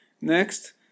Next